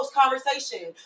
conversation